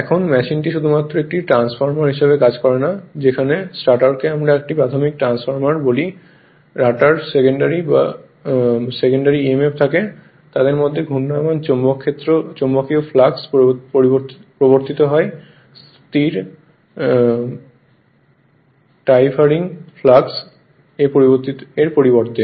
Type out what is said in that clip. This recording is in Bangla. এখন মেশিনটি শুধুমাত্র একটি ট্রান্সফরমার হিসাবে কাজ করে যেখানে স্টেটরকে আমরা একটি প্রাথমিক ট্রান্সফরমার বলি এবং রটার সেকেন্ডারি বলে সেকেন্ডারি emf থাকে তাদের মধ্যে ঘূর্ণায়মান চৌম্বকীয় ফ্লাক্স প্রবর্তিত হয় স্থির টাইভারিং ফ্লাক্স এর পরিবর্তে